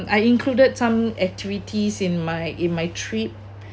I included some activities in my in my trip